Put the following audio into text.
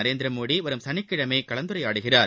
நரேந்திரமோடி வரும் சனிக்கிழமை கலந்துரையாடுகிறார்